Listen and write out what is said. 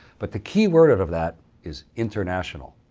but the keyword of that is international.